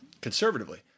conservatively